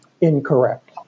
incorrect